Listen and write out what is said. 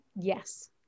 Yes